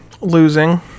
losing